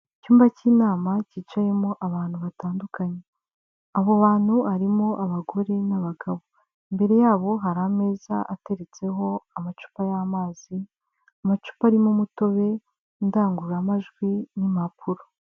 Icyumba cy'inama cyicayemo abantu batandukanye, abo bantu harimo abagore n'abagabo, imbere yabo hari ameza ateretseho amacupa y'amazi, amacupa arimo umutobe, indangururamajwi n'impapuro.